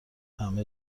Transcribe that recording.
همه